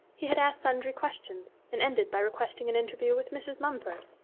he had asked sundry questions, and ended by requesting an interview with mrs. mumford.